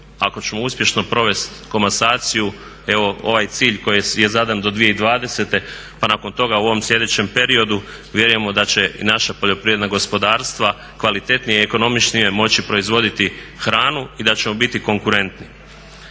Ako ćemo uspješno provesti komasaciju evo ovaj cilj koji je zadan do 2020.pa nakon toga u ovom sljedećem periodu vjerujemo da će i naša poljoprivredna gospodarstva kvalitetnije i ekonomičnije moći proizvoditi hranu i da ćemo biti konkurentni.